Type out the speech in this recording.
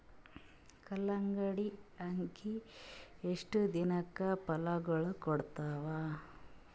ಕಲ್ಲಂಗಡಿ ಅಗಿ ಎಷ್ಟ ದಿನಕ ಫಲಾಗೋಳ ಕೊಡತಾವ?